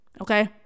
Okay